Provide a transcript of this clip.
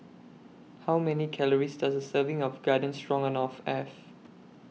How Many Calories Does A Serving of Garden Stroganoff Have